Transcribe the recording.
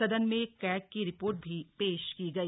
सदन में कैग की रिपोर्ट भी पेश की गई